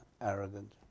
arrogant